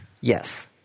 Yes